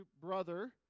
brother